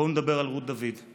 בואו נדבר על רות דוד.